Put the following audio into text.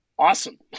Awesome